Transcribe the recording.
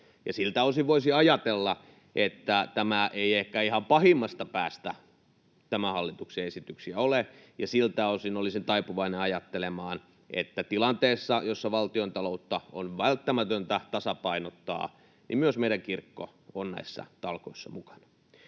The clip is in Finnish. Siltä osin voisi ajatella, että tämä ei ehkä ihan pahimmasta päästä tämän hallituksen esityksiä ole, ja siltä osin olisin taipuvainen ajattelemaan, että tilanteessa, jossa valtiontaloutta on välttämätöntä tasapainottaa, myös meidän kirkko on näissä talkoissa mukana.